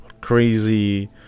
crazy